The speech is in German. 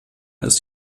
ist